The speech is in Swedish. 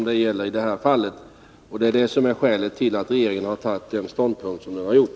Det är skälet till att regeringen har tagit den ståndpunkt som den har gjort.